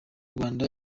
rwanda